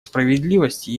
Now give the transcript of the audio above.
справедливости